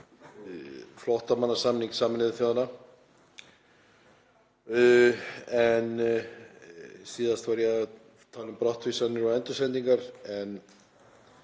flóttamannasamning Sameinuðu þjóðanna en síðast var ég að tala um brottvísanir og endursendingar.